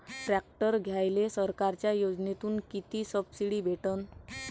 Tractor घ्यायले सरकारच्या योजनेतून किती सबसिडी भेटन?